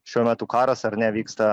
šiuo metu karas ar ne vyksta